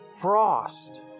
Frost